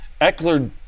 Eckler